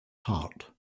heart